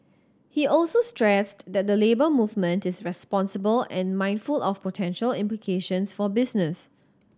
he also stressed that the Labour Movement is responsible and mindful of potential implications for business